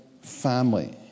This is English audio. family